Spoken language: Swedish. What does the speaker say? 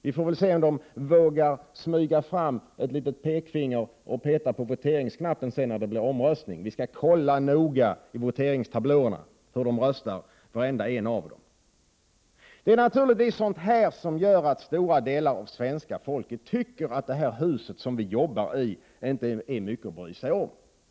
Vi får se om de vågar smyga fram ett litet pekfinger och peta på voteringsknappen när det blir omröstning. Vi skall noga kontrollera på voteringstablåerna hur varenda en av dem röstar. Det är naturligtvis sådant som gör att stora delar av svenska folket tycker att det här huset som vi jobbar i inte är så mycket att bry sig om.